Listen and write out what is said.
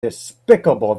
despicable